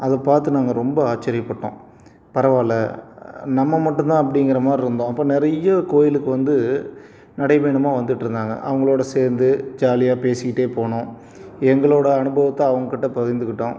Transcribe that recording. அது பார்த்து நாங்கள் ரொம்ப ஆச்சரியப்பட்டோம் பரவாயில்ல நம்ம மட்டும் தான் அப்படிங்கிற மாதிரி இருந்தோம் அப்போ நிறைய கோயிலுக்கு வந்து நடைப்பயணமாக வந்துட்டிருந்தாங்க அவங்களோட சேர்ந்து ஜாலியாக பேசிக்கிட்டே போனோம் எங்களோடய அனுபவத்தை அவங்கக்கிட்ட பகிர்ந்துக்கிட்டோம்